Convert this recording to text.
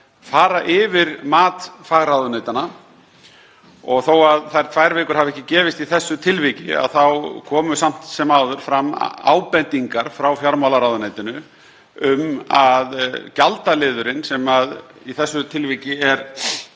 fara yfir mat fagráðuneyta. Þó að þær tvær vikur hafi ekki gefist í þessu tilviki komu samt sem áður fram ábendingar frá fjármálaráðuneytinu um að gjaldaliðurinn, sem í þessu tilviki er